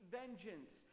vengeance